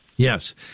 Yes